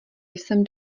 jsem